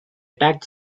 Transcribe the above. attacked